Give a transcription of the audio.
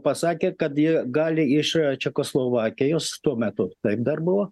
pasakė kad jie gali iš čekoslovakijos tuo metu taip dar buvo